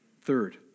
Third